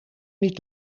niet